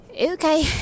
okay